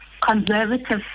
conservative